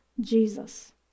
Jesus